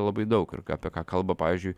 labai daug ir ką apie ką kalba pavyzdžiui